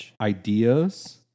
ideas